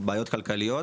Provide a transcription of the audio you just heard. בעיות כלכליות.